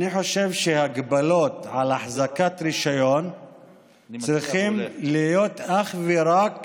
שהגבלות על החזקת רישיון צריכות להיות אך ורק